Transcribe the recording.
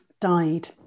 died